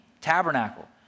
tabernacle